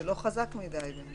זה לא חזק מדיי.